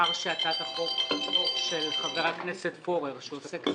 הצעת חוק המאבק בטרור (תיקון - ביטול